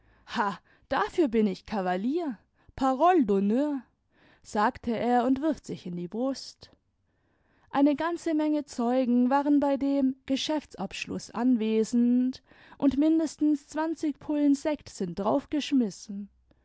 dafür bin ich kavauer parole d'honneur sagte er und wirft sich in die brust eine ganze menge zeugen waren bei dem geschäftsabschluß anwesend und mindestens zwanzig pullen sekt sind